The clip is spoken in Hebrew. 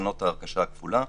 ניסיונות ההרכשה הכפולה.